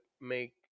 make